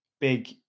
big